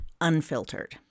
unfiltered